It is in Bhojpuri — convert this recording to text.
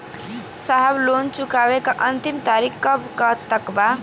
साहब लोन चुकावे क अंतिम तारीख कब तक बा?